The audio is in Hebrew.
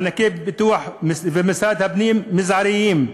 מענקי פיתוח ומשרד הפנים, מזעריים,